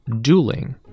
dueling